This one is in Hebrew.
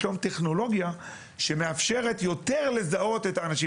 יש לו היום טכנולוגיה שמאפשרת יותר לזהות א האנשים.